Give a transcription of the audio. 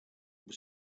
was